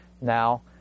now